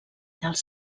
dels